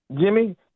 Jimmy